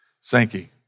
Sankey